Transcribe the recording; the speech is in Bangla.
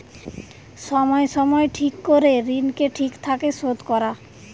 সময় সময় ঠিক করে ঋণকে ঠিক থাকে শোধ করা